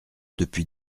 depuis